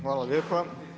Hvala lijepa.